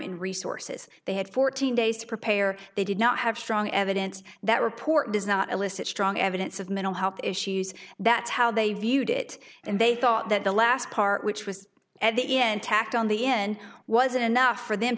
in resources they had fourteen days to prepare they did not have strong evidence that report does not elicit strong evidence of mental health issues that's how they viewed it and they thought that the last part which was at the end tacked on the end wasn't enough for them